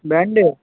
ব্র্যান্ডের